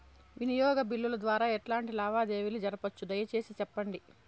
వినియోగ బిల్లుల ద్వారా ఎట్లాంటి లావాదేవీలు జరపొచ్చు, దయసేసి సెప్పండి?